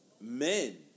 Men